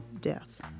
deaths